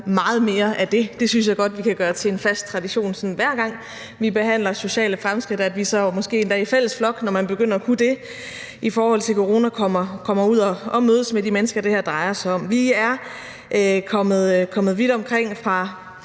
Meget mere af det! Jeg synes godt, vi kan gøre det til en fast tradition, hver gang vi behandler forslag om sociale fremskridt, at vi så måske endda i fælles flok, når man begynder at kunne det i forhold til corona, kommer ud og mødes med de mennesker, det her drejer sig om. Vi er kommet vidt omkring –